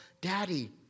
daddy